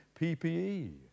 PPE